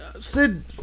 Sid